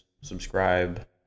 subscribe